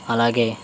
అలాగే